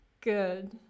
Good